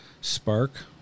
Spark